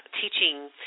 teaching